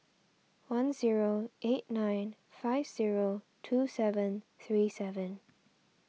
one zero eight nine five zero two seven three seven